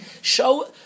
Show